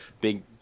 big